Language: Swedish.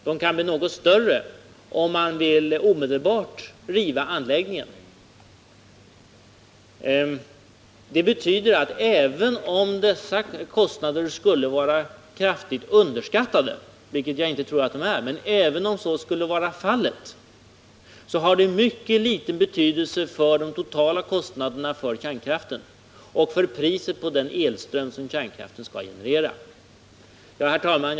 De kan bli något större, om man vill riva anläggningen omedelbart. Det betyder att även om dessa kostnader skulle vara kraftigt underskattade — vilket jag inte tror att de är — har det mycket liten betydelse för de totala kostnaderna för kärnkraften och för priset på den elström som kärnkraften skall generera. Herr talman!